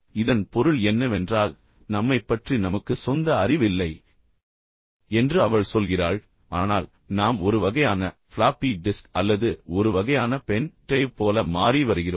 இதன் பொருள் என்னவென்றால் நம்மைப் பற்றி நமக்கு சொந்த அறிவு இல்லை என்று அவள் சொல்கிறாள் ஆனால் நாம் ஒரு வகையான ஃப்ளாப்பி டிஸ்க் அல்லது ஒரு வகையான பென் டிரைவ் போல மாறி வருகிறோம்